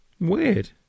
Weird